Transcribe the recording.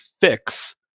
fix